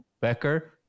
Becker